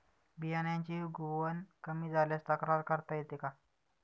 बियाण्यांची उगवण कमी झाल्यास तक्रार करता येते का?